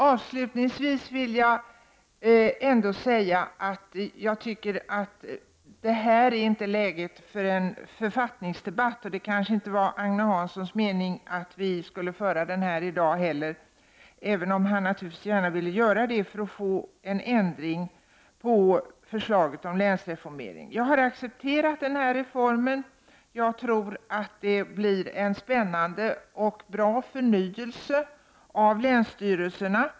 Avslutningsvis vill jag säga att jag inte tycker att vi nu har läge för en författningsdebatt. Det var kanske inte heller Agne Hanssons mening att vi skulle föra den här i dag, även om han naturligtvis gärna ville göra det för att få till stånd en ändring i förslaget om en länsstyrelsereform. Jag har accepterat denna reform. Jag tror att den leder till en spännande och bra förnyelse av länsstyrelserna.